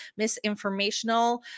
Misinformational